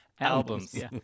albums